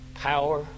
power